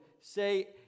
say